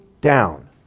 down